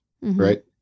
right